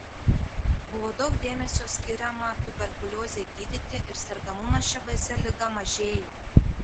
buvo daug dėmesio skiriama tuberkuliozei gydyti ir sergamumas šia baisia liga mažėjo